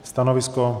Stanovisko?